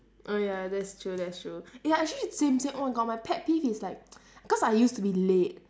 oh ya that's true that's true eh ya actually same same oh my god my pet peeve it's like cause I used to be late